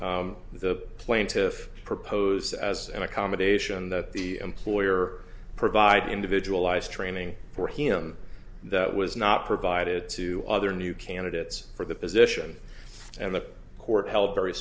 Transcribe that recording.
the plaintiff proposed as an accommodation that the employer provided individualized training for him that was not provided to other new candidates for the position and the court held very